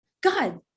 God